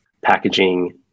packaging